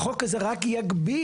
החוק הזה רק יגביר,